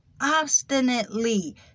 obstinately